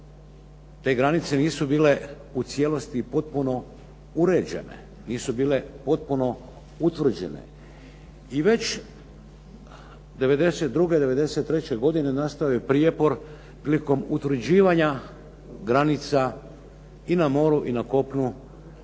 te granice nisu bile u cijelosti i potpuno uređene, nisu bile potpuno utvrđene. I već 92., 93. godine nastao je prijepor prilikom utvrđivanja granica i na moru i na kopnu